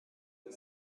the